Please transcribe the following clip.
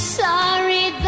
sorry